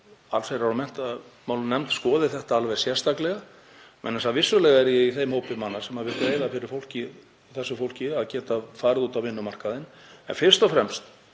allsherjar- og menntamálanefnd skoði þetta alveg sérstaklega vegna þess að vissulega er ég í þeim hópi manna sem vilja greiða fyrir þessu fólki svo það geti farið út á vinnumarkaðinn. En fyrst og fremst